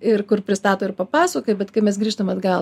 ir kur pristato ir papasakoja bet kai mes grįžtam atgal